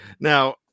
Now